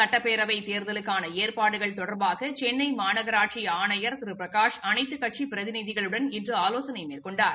சட்டப்பேரவைத் தேர்தலுக்கான ஏற்பாடுகள் தொடர்பாக சென்னை மாநகராட்சி ஆணையர் திரு பிரகாஷ் அனைத்துக்கட்சி பிரதிநிதிகளுடன் இன்று ஆலோசனை மேற்கொண்டார்